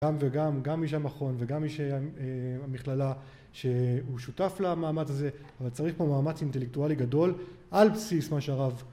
גם וגם גם מי שהמכון וגם מי שהמכללה שהוא שותף למאמץ הזה אבל צריך פה מאמץ אינטלקטואלי גדול על בסיס מה שערב